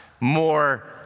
more